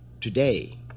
today